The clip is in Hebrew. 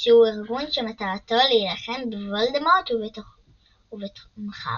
שהוא ארגון שמטרתו להילחם בוולדמורט ובתומכיו.